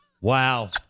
Wow